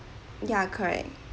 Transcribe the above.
ya correct